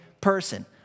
person